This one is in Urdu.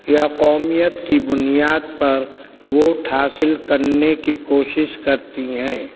یا قومیت کی بنیاد پر ووٹ حاصل کرنے کی کوشش کرتی ہیں